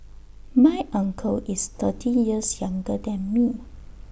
my uncle is thirty years younger than me